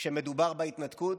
כשמדובר בהתנתקות,